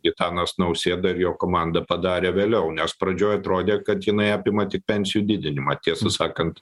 gitanas nausėda ir jo komanda padarė vėliau nes pradžioj atrodė kad jinai apima tik pensijų didinimą tiesą sakant